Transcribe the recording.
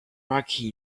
rocky